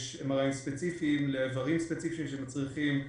יש MRI ספציפיים לדברים ספציפיים שצריכים.